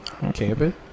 Camping